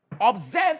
observe